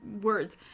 words